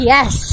Yes